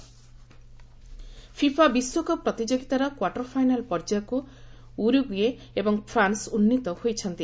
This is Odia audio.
ଫିଫା ଫିଫା ବିଶ୍ୱକପ୍ ପ୍ରତିଯୋଗିତାର କ୍ୱାର୍ଟରଫାଇନାଲ ପର୍ଯ୍ୟାୟକୁ ଉରୁଗୁଏ ଏବଂ ଫ୍ରାନ୍ନ ଉନ୍ନୀତ ହୋଇଛନ୍ତି